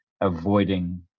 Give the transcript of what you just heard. avoiding